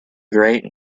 great